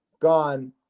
gone